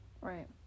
right